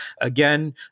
Again